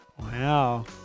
Wow